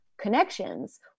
connections